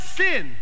sin